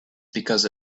because